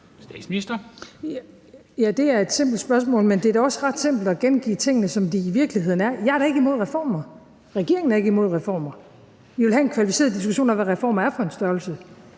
Frederiksen): Ja, det er et simpelt spørgsmål, men det er da også ret simpelt at gengive tingene, som de i virkeligheden er. Jeg er da ikke imod reformer – regeringen er ikke imod reformer. Men vi vil have en kvalificeret diskussion af, hvad reformer er for en størrelse.